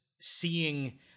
seeing